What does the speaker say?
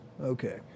okay